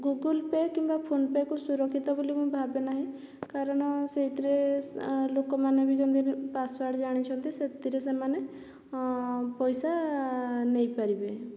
Google Pay କିମ୍ବା ଫୋନପେକୁ ସୁରକ୍ଷିତ ବୋଲି ମୁଁ ଭାବେନାହିଁ କାରଣ ସେଇଥିରେ ଲୋକମାନେ ବି ଯେମିତି ପାସୱାର୍ଡ଼ ଜାଣିଛନ୍ତି ସେଥିରେ ସେମାନେ ପଇସା ନେଇପାରିବେ